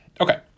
okay